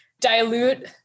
dilute